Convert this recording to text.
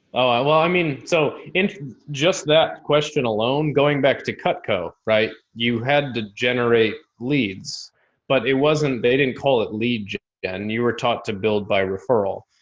ah i, well, i mean, so and just that question alone, going back to cutco, right, you had to generate leads but it wasn't, they didn't call it lead gen and you were taught to build by referral.